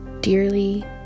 dearly